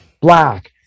black